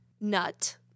nut